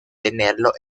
tenerlo